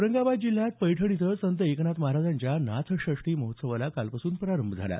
औरंगाबाद जिल्ह्यात पैठण इथं संत एकनाथ महाराजांच्या नाथषष्ठी महोत्सवाला कालपासून प्रारंभ झाला